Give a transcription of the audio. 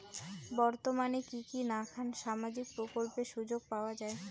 বর্তমানে কি কি নাখান সামাজিক প্রকল্পের সুযোগ পাওয়া যায়?